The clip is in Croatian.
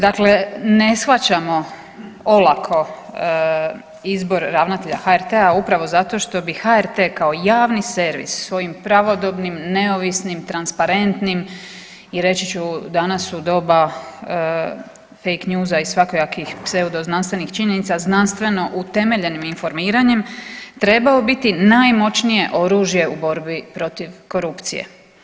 Dakle, ne shvaćamo olako izbor ravnatelja HRT-a upravo zato što bi HRT kao javni servis svojim pravodobnim, neovisnim, transparentnim i reći ću danas u doba fake newsa i svakojakih pseudoznanstvenih činjenica, znanstveno utemeljenim informiranjem trebao biti najmoćnije oružje u borbi protiv korupcije.